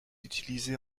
utilisé